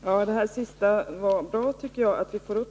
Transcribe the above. Herr talman! Det sista Anna-Greta Leijon sade var bra, tycker jag.